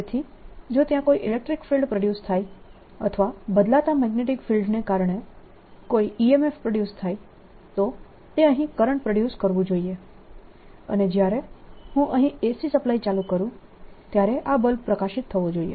તેથી જો ત્યાં કોઈ ઇલેક્ટ્રીક ફિલ્ડ પ્રોડ્યુસ થાય અથવા બદલાતા મેગ્નેટીક ફિલ્ડને કારણે કોઈ EMF પ્રોડ્યુસ થાય તો તે અહીં કરંટ પ્રોડ્યુસ કરવું જોઈએ અને જ્યારે હું AC સપ્લાય ચાલુ કરું ત્યારે આ બલ્બ પ્રકાશિત થવો જોઈએ